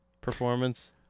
performance